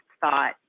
thought